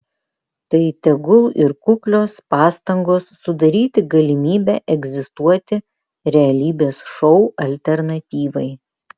tai tegul ir kuklios pastangos sudaryti galimybę egzistuoti realybės šou alternatyvai